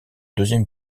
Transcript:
deuxième